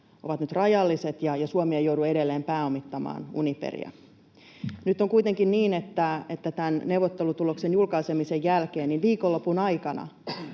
ovat nyt rajalliset ja Suomi ei joudu edelleen pääomittamaan Uniperia. Nyt on kuitenkin niin, että tämän neuvottelutuloksen julkaisemisen jälkeen, viikonlopun aikana,